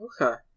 Okay